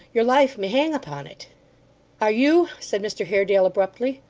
your life may hang upon it are you said mr haredale abruptly,